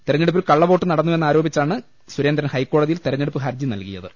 തെര ഞ്ഞെടുപ്പിൽ കള്ളവോട്ട് നടന്നുവെന്നാരോപിച്ചാണ് സുരേന്ദ്രൻ ഹൈക്കോടതിയിൽ തെരഞ്ഞെടുപ്പ് ഹർജി നൽകിയത്